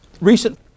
recent